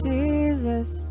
Jesus